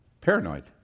paranoid